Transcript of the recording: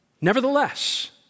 Nevertheless